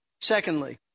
Secondly